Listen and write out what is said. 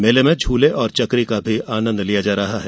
मेर्ले में झूले और चकरी का आनंद लिया जा रहा है